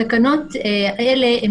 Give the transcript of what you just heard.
התקנות האלה,